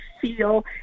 feel